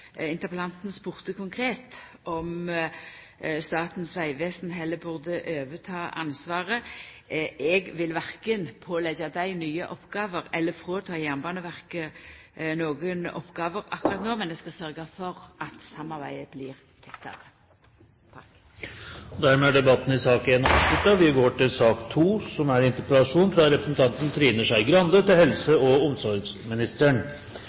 Interpellanten spurde konkret om Statens vegvesen heller burde overta ansvaret. Eg vil verken påleggja dei nye oppgåver eller ta frå Jernbaneverket nokre oppgåver akkurat no, men eg skal sørgja for at samarbeidet blir tettare. Dermed er debatten i sak nr. 1 avsluttet. Jeg har lyst til